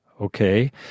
okay